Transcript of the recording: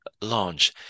launch